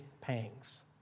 pangs